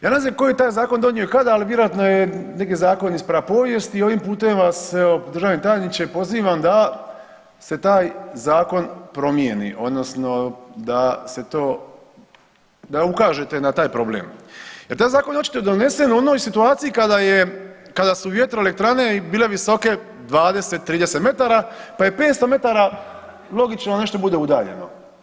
Ja ne znam tko je taj zakon donio i kada ali vjerojatno je neki zakon iz prapovijesti i ovim putem vas evo državni tajniče pozivam da se taj zakon promijeni odnosno da se to, da ukažete na taj problem jer taj zakon je očito donesen u onoj situaciji kada je, kada su vjetroelektrane bile visoke 20-30 metara pa je 500 metara logično da nešto bude udaljeno.